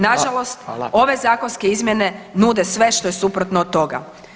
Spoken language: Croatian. Nažalost, ove zakonske izmjene nude sve što je suprotno od toga.